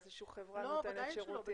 איזושהי חברה נותנת שירותים.